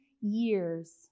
years